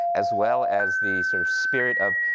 as well as the sort of spirit of,